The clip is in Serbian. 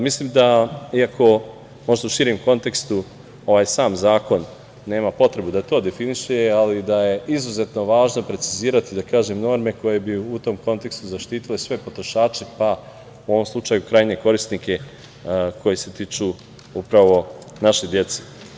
Mislim da, iako možda u širem kontekstu, ovaj sam zakon nema potrebu da to definiše, ali da je izuzetno važno precizirati norme koje bi u tom kontekstu zaštitile sve potrošače, pa u ovom slučaju krajnje korisnike koji se tiču upravo naše dece.